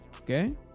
okay